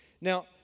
Now